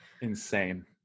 insane